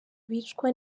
bicwa